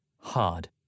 Hard